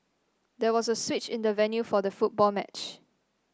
there was a switch in the venue for the football match